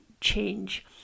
change